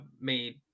made